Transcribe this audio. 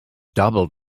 doubled